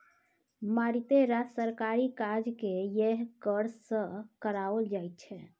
मारिते रास सरकारी काजकेँ यैह कर सँ कराओल जाइत छै